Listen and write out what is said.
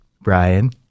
Brian